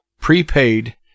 prepaid